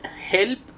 help